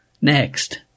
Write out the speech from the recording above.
Next